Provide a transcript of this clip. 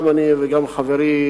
גם אני וגם חברי,